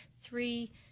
three